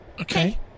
Okay